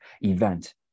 event